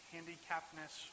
handicappedness